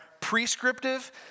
prescriptive